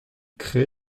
crée